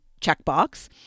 checkbox